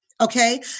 Okay